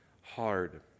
hard